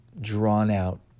drawn-out